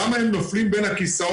למה הם נופלים בין הכיסאות.